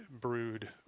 brewed